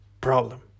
problem